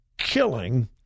Killing